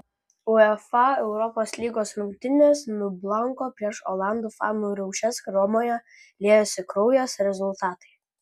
uefa europos lygos rungtynės nublanko prieš olandų fanų riaušes romoje liejosi kraujas rezultatai